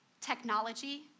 Technology